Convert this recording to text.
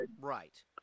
Right